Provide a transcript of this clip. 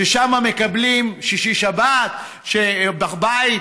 ששם מקבלים שישי-שבת בבית,